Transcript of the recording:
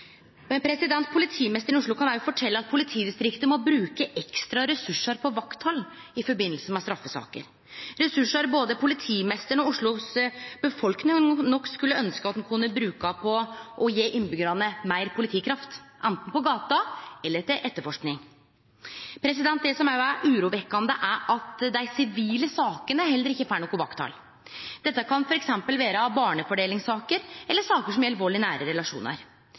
Men politimeisteren i Oslo kan òg fortelje at politidistriktet må bruke ekstra ressursar på vakthald i samband med straffesaker, ressursar både politimeisteren og Oslos befolkning nok skulle ønskje at ein kunne brukt på å gje innbyggjarane meir politikraft, anten på gata eller til etterforsking. Det som òg er urovekkjande, er at dei sivile sakene heller ikkje får noko vakthald. Dette kan f.eks. vere barnefordelingssaker eller saker som gjeld vald i nære relasjonar.